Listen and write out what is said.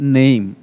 name